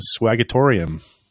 swagatorium